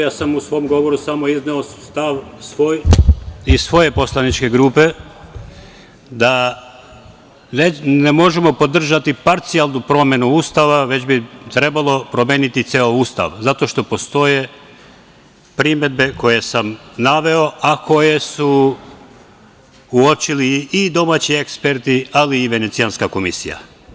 Ja sam u svom govoru izneo svoj stav i stav svoje poslaničke grupe da ne možemo podržati parcijalnu promenu Ustava, već bi trebalo promeniti ceo Ustav, zato što postoje primedbe koje sam naveo, a koje su uočili i domaći eksperti, ali i Venecijanska komisija.